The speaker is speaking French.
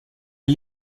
est